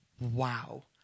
Wow